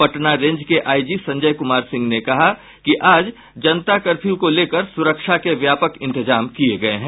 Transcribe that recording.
Patna range के IG Sanjay Kumar Singh ने कहा कि आज जनता कर्फ्य को लेकर सुरक्षा के व्यापक इंतजाम किये गये हैं